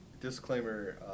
Disclaimer